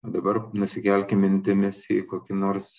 dabar nusikelkim mintimis į kokį nors